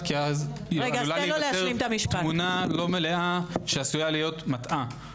לא רוצה שתתקבל תמונה לא מלאה שעשויה להיות מטעה.